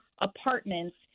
apartments